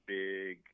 big